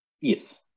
Yes